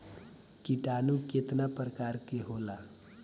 किटानु केतना प्रकार के होला?